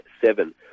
seven